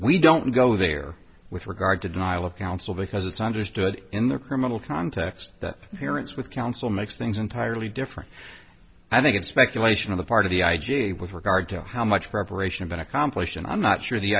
we don't go there with regard to denial of counsel because it's understood in the criminal context that parents with counsel makes things entirely different i think it's speculation on the part of the i g with regard to how much preparation been accomplished and i'm not sure the